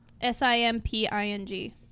S-I-M-P-I-N-G